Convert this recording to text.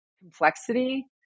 complexity